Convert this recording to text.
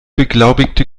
beglaubigte